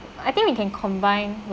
I think we can combine